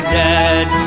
dead